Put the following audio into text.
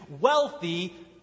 wealthy